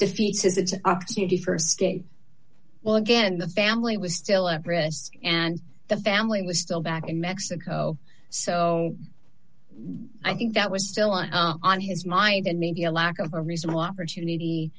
it's an opportunity for a state well again the family was still at risk and the family was still back in mexico so i think that was still an on his mind and maybe a lack of a reasonable opportunity